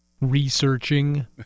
Researching